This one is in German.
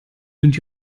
sind